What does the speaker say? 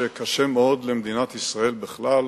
שקשה מאוד למדינת ישראל בכלל,